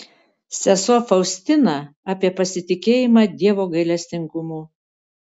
sesuo faustina apie pasitikėjimą dievo gailestingumu